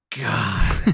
God